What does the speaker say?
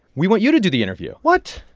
we want you to do the interview what?